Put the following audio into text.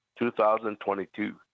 2022